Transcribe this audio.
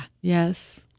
yes